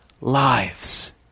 lives